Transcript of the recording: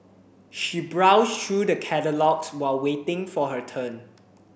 she browsed through the catalogues while waiting for her turn